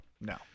No